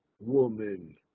woman